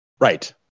right